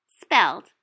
spelled